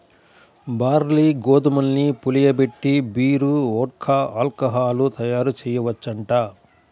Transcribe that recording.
barley, గోధుమల్ని పులియబెట్టి beer, vodka, alcohol తయ్యారుజెయ్యొచ్చంట